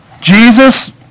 Jesus